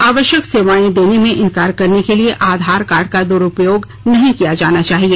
आवश्यक सेवाएं देने में इंकार करने के लिए आधार कार्ड का दुरूपयोग नहीं किया जाना चाहिए